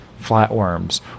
flatworms